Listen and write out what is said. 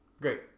Great